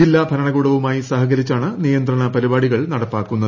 ജില്ലാ ഭരണകൂടപ്പുമായി സഹകരിച്ചാണ് നിയന്ത്രണ പരിപാടികൾ നടപ്പാക്കുന്നത്